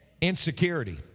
Insecurity